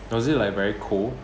was it like very cold